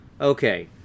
okay